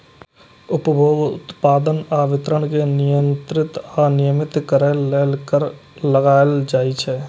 उपभोग, उत्पादन आ वितरण कें नियंत्रित आ विनियमित करै लेल कर लगाएल जाइ छै